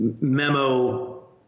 Memo